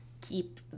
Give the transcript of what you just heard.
keep